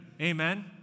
Amen